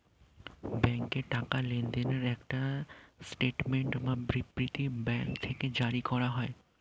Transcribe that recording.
ব্যাংকে টাকা লেনদেনের একটা স্টেটমেন্ট বা বিবৃতি ব্যাঙ্ক থেকে জারি করা হয়